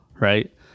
right